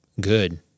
good